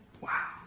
Wow